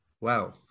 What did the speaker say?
Wow